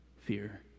fear